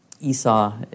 Esau